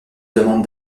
demande